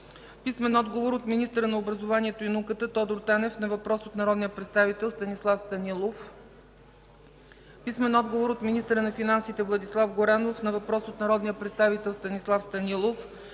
Жаблянов; - министъра на образованието и науката Тодор Танев на въпрос от народния представител Станислав Станилов; - министъра на финансите Владислав Горанов на въпрос от народния представител Станислав Станилов;